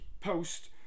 post